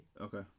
Okay